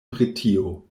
britio